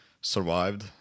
survived